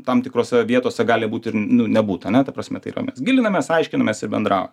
tam tikrose vietose gali būt ir nu nebūt ane ta prasme tai yra mes gilinamės aiškinamės ir bendraujam